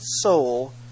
soul